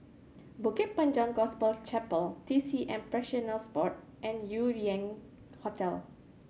Bukit Panjang Gospel Chapel T C M Practitioners Board and Yew Lian Hotel